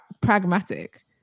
pragmatic